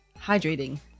Hydrating